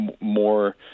more